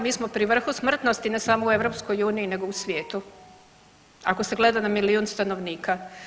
Mi smo pri vrhu smrtnosti ne samo u EU nego u svijetu, ako se gleda na milijun stanovnika.